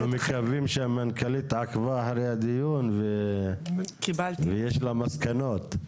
אנחנו מקווים שהמנכ"לית עקבה אחרי הדיון ויש לה מסקנות.